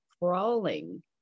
crawling